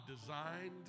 designed